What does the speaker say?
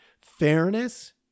fairness